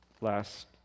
last